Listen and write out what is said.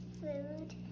food